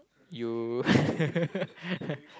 you